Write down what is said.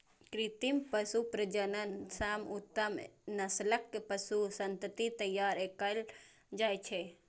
कृत्रिम पशु प्रजनन सं उत्तम नस्लक पशु संतति तैयार कएल जाइ छै